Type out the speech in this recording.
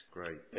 Great